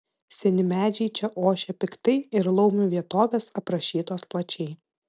seni medžiai čia ošia piktai ir laumių vietovės aprašytos plačiai